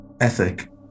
ethic